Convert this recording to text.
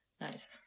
Nice